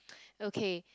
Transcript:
okay